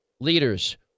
leaders